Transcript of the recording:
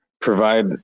provide